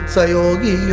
Sayogi